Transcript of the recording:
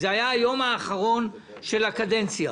היה היום האחרון של הקדנציה